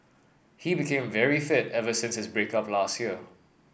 he became very fit ever since his break up last year